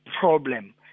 problem